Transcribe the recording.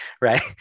Right